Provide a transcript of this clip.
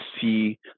see